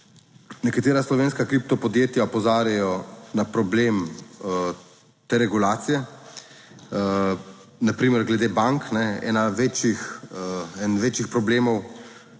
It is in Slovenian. nekatera slovenska kripto podjetja opozarjajo na problem deregulacije na primer glede bank. Ena večjih, eden